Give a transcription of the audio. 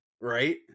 Right